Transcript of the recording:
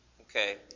Okay